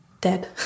Dead